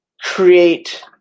create